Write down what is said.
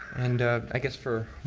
and i guess for